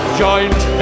joined